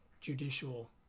judicial